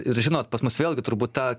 ir žinot pas mus vėlgi turbūt ta